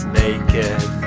naked